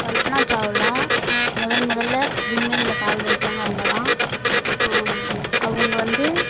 கல்பனா சாவ்லா முதன் முதலில் விண்வெளியில கால் வைத்தவங்க அவங்க தான் அவங்க வந்து